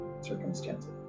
circumstances